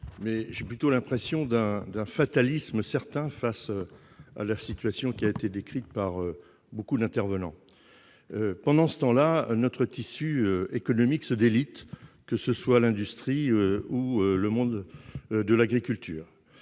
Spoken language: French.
mais j'ai plutôt l'impression d'un fatalisme certain face à la situation qui a été décrite par beaucoup d'intervenants. Pendant ce temps, notre tissu économique se délite, qu'il s'agisse de l'industrie ou de l'agriculture.